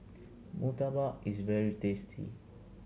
murtabak is very tasty